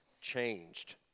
changed